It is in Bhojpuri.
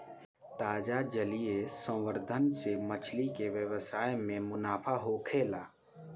ताजा जलीय संवर्धन से मछली के व्यवसाय में मुनाफा होखेला